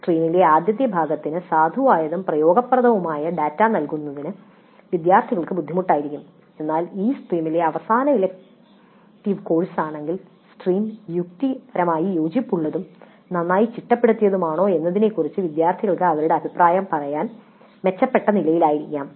സ്ട്രീമിലെ ആദ്യ ഭാഗത്തിന് സാധുവായതും ഉപയോഗപ്രദവുമായ ഡാറ്റ നൽകുന്നത് വിദ്യാർത്ഥികൾക്ക് ബുദ്ധിമുട്ടായിരിക്കും എന്നാൽ ഇത് സ്ട്രീമിലെ കഴിഞ്ഞ ഇലക്ടീവ് കോഴ്സാണെങ്കിൽ സ്ട്രീം യുക്തിപരമായി യോജിപ്പുള്ളതും നന്നായി ചിട്ടപ്പെടുത്തിയതുമാണോ എന്നതിനെക്കുറിച്ച് വിദ്യാർത്ഥികൾ അവരുടെ അഭിപ്രായം പറയാൻ മെച്ചപ്പെട്ട നിലയിലായിരിക്കാം